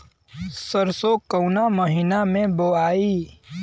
सरसो काउना महीना मे बोआई?